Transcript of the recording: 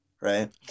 right